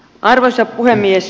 arvoisa puhemies